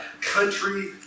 country